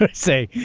say,